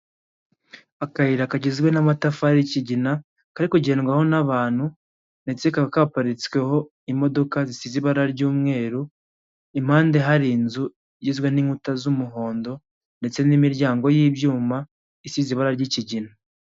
Akayira kagizwe n'amatafari y'ikigina, kari kugendwaho n'abantu, ndetse kakaba kaparitsweho imodoka zisize ibara ry'umweru, impande hari inzu igizwe n'inkuta z'umuhondo, ndetse n'imiryango y'ibyuma isize ibara ry'ikigina.